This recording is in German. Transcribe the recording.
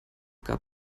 gab